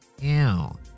Ew